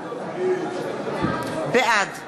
בעד